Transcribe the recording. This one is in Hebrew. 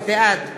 בעד